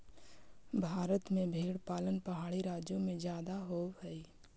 भारत में भेंड़ पालन पहाड़ी राज्यों में जादे होब हई